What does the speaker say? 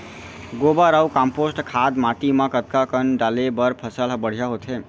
गोबर अऊ कम्पोस्ट खाद माटी म कतका कन डाले बर फसल ह बढ़िया होथे?